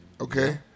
Okay